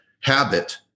habit